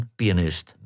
pianist